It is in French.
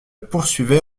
poursuivait